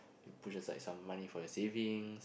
you push aside some money for your savings